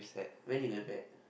when he going back